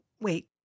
wait